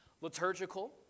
Liturgical